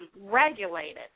regulated